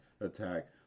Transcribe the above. attack